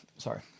Sorry